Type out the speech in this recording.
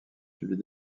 suivis